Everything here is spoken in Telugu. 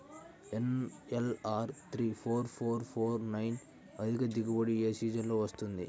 NLR three four four four nine అధిక దిగుబడి ఏ సీజన్లలో వస్తుంది?